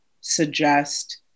suggest